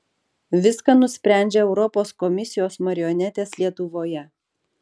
viską nusprendžia europos komisijos marionetės lietuvoje